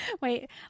Wait